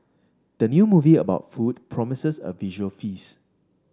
the new movie about food promises a visual feast